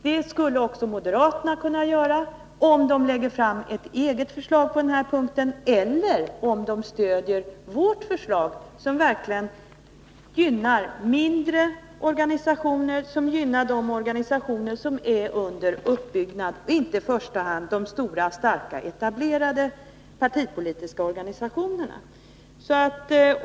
Det skulle också moderaterna kunna göra genom att lägga fram ett eget förslag på denna punkt eller genom att stödja vårt förslag, som verkligen gynnar mindre organisationer och organisationer under uppbyggnad och inte i första hand de stora starka etablerade partipolitiska organisat.onerna.